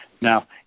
Now